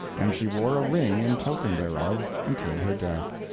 and she wore a ring in token thereof until her death.